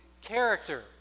character